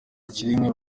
kimwe